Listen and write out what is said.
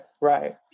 right